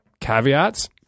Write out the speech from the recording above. Caveats